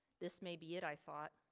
this may be it, i thought,